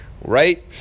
Right